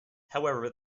however